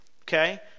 okay